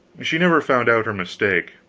she never found out her mistake.